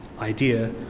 idea